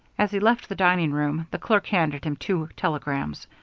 as he left the dining room, the clerk handed him two telegrams.